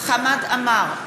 חמד עמאר,